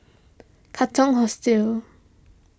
Katong Hostel